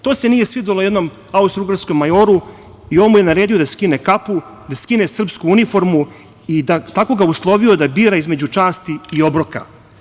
To se nije svidelo jednom austrougarskom majoru i on mu je naredio da skine kapu, da skine srpsku uniformu i tako ga uslovio da bira između časti i obroka.